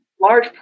large